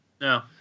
No